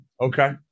Okay